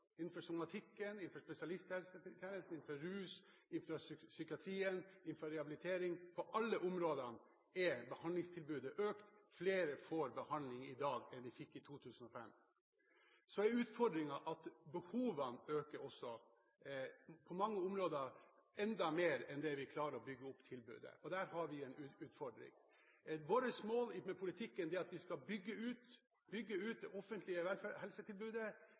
innenfor somatikken, spesialisthelsetjenesten, rus, psykiatrien, rehabilitering – er økt, og flere får behandling i dag enn de fikk i 2005. Utfordringen er at behovene også øker, på mange områder enda mer enn vi klarer å bygge opp tilbudet. Der har vi en utfordring. Vårt mål med politikken er at vi skal bygge ut det offentlige helsetilbudet